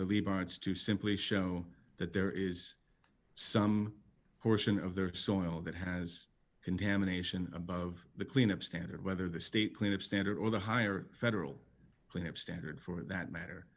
levites to simply show that there is some portion of their soil that has contamination above the cleanup standard whether the state clinic standard or the higher federal clean up standard for that matter